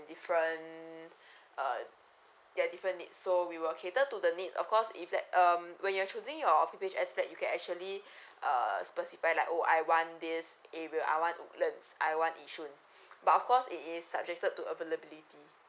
different uh ya different needs so we will cater to the needs of course if let um when you're choosing your P_P_H_S flat you can actually err specific like oh I want this area I want woodlands I want yishun but of course it is subjected to availability